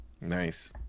Nice